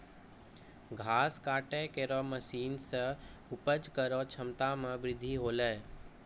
घास काटै केरो मसीन सें उपज केरो क्षमता में बृद्धि हौलै